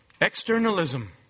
Externalism